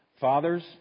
Fathers